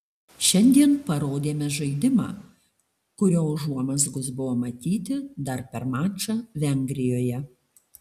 šiandien parodėme žaidimą kurio užuomazgos buvo matyti dar per mačą vengrijoje